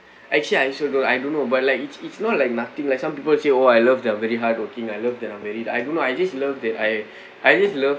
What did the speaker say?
actually I also don't I don't know but like it's it's not like nothing like some people say oh I love that I'm very hardworking I love that I'm very I don't know I just love that I I just love